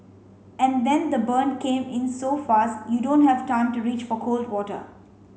and then the burn came in so fast you don't have time to reach for cold water